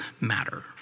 matter